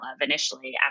initially